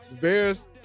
Bears